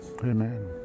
Amen